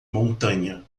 montanha